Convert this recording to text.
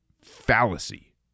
fallacy